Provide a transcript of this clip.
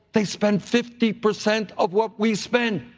they spend fifty percent of what we spend.